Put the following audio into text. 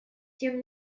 тем